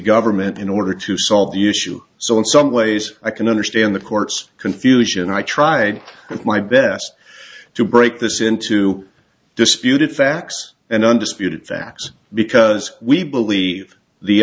government in order to solve the issue so in some ways i can understand the court's confusion i tried my best to break this into disputed facts and undisputed facts because we believe the